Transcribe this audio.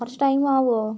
കുറച്ച് ടൈം ആകുമോ